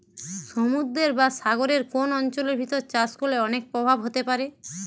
সমুদ্রের বা সাগরের কোন অঞ্চলের ভিতর চাষ করলে অনেক প্রভাব হতে পারে